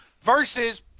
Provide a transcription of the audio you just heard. versus